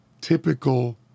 typical